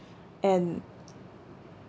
and